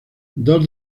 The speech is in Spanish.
dos